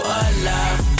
alive